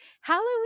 Halloween